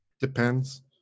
depends